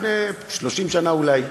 לפני 30 שנה אולי,